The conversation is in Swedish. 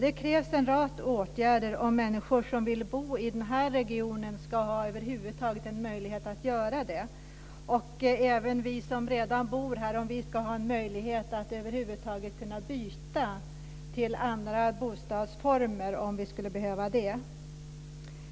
Det krävs en rad åtgärder om människor som vill bo i den här regionen över huvud taget ska ha möjlighet att göra det och om vi som redan bor där ska ha möjlighet att byta till andra bostadsformer om vi skulle behöva göra det.